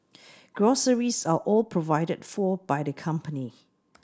groceries are all provided for by the company